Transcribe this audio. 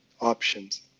options